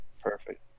Perfect